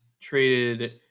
traded